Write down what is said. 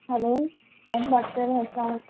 hello کون بات کر رہا ہے اسلام علیکم